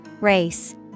Race